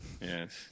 yes